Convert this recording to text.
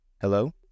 Hello